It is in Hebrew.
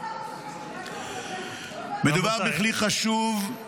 מדובר בכלי חשוב,